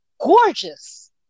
gorgeous